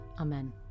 Amen